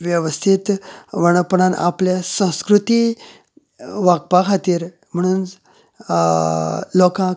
वेवस्थीत वाणपणान आपल्या संस्कृती वागपा खातीर म्हणून लोकांक